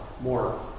more